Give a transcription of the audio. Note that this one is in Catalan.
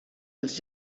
els